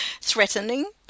threatening